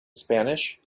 spanish